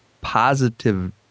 positive